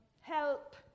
help